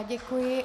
Děkuji.